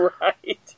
right